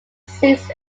seeks